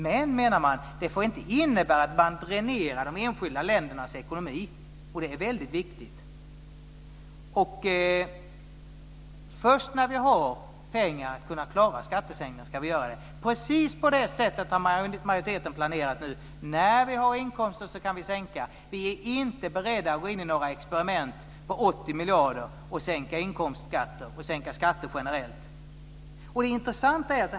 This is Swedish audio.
Men, menar man, det får inte innebära att man dränerar de enskilda ländernas ekonomi. Det är väldigt viktigt. Först när vi har pengar att klara skattesänkningar ska vi göra det. Precis på det sättet har nu majoriteten planerat: När vi har inkomster kan vi sänka. Vi är inte beredda att gå in i några experiment på 80 miljarder och sänka inkomstskatter eller skatter generellt. Detta är intressant.